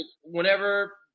whenever